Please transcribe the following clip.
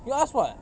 you asked what